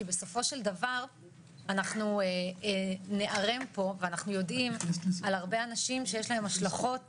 כי בסופו של דבר אנחנו יודעים על הרבה אנשים שעברו